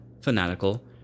fanatical